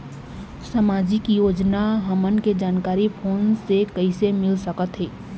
सामाजिक योजना हमन के जानकारी फोन से कइसे मिल सकत हे?